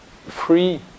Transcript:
free